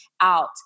out